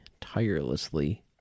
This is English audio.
tirelessly